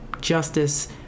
justice